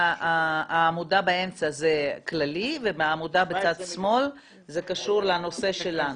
העמודה באמצע זה כללי ובעמודה בצד שמאל זה קשור לנושא שלנו,